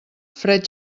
fred